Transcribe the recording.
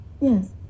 yes